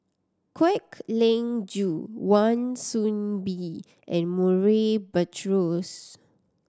Kwek Leng Joo Wan Soon Bee and Murray Buttrose